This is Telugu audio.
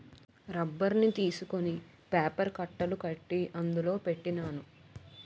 రబ్బర్ని తీసుకొని పేపర్ కట్టలు కట్టి అందులో పెట్టినాను